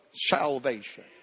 salvation